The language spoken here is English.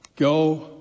Go